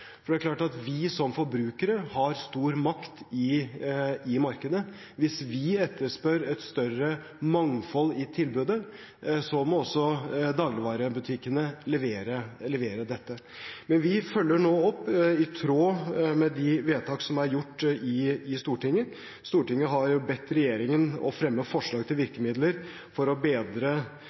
Vi som forbrukere har stor makt i markedet. Hvis vi etterspør et større mangfold i tilbudet, må også dagligvarebutikkene levere dette. Vi følger nå opp i tråd med de vedtak som er gjort i Stortinget. Stortinget har jo bedt regjeringen fremme forslag til virkemidler for å bedre